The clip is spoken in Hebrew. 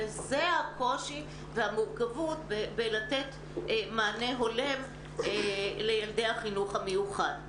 וזה הקושי והמורכבות בלתת מענה הולם לילדי החינוך המיוחד.